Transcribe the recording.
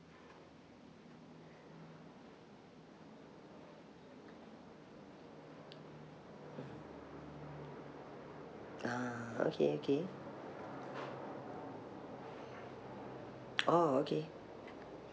ah okay okay oh okay